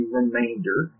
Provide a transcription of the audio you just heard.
remainder